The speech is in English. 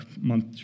month